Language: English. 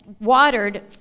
watered